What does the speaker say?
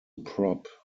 prop